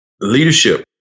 Leadership